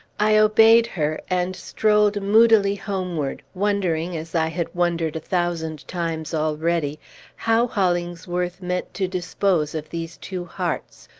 i obeyed her, and strolled moodily homeward, wondering as i had wondered a thousand times already how hollingsworth meant to dispose of these two hearts,